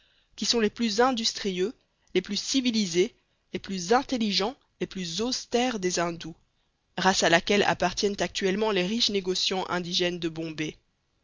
qui sont les plus industrieux les plus civilisés les plus intelligents les plus austères des indous race à laquelle appartiennent actuellement les riches négociants indigènes de bombay